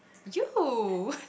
you